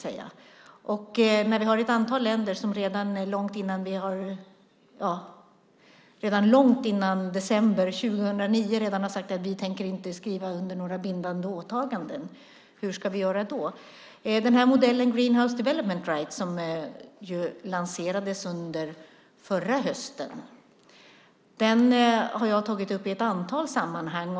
När vi har ett antal länder som redan långt före december 2009 har sagt att de inte tänker skriva under några bindande åtaganden, hur ska vi göra då? Modellen Greenhouse Development Rights, som lanserades förra hösten, har jag tagit upp i ett antal sammanhang.